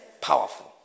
Powerful